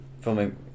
Filming